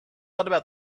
about